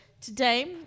today